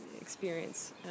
experience